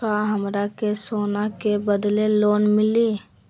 का हमरा के सोना के बदले लोन मिलि?